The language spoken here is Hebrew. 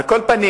על כל פנים,